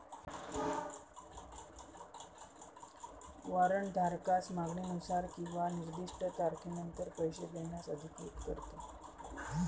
warrant धारकास मागणीनुसार किंवा निर्दिष्ट तारखेनंतर पैसे देण्यास अधिकृत करते